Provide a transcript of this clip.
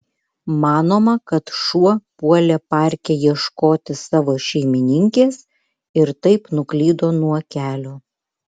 manoma kad šuo puolė parke ieškoti savo šeimininkės ir taip nuklydo nuo kelio